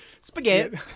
Spaghetti